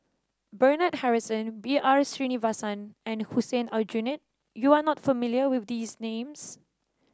Bernard Harrison B R Sreenivasan and Hussein Aljunied you are not familiar with these names